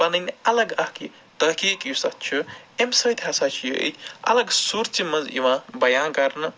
پَنٕنۍ اَلگ اکھ یہِ تٔحقیٖق یُس اَتھ چھِ اَمہِ سۭتۍ ہسا چھِ یہِ اَلگ صوٗرتہِ منٛز یِوان بَیان کرنہٕ